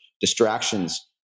distractions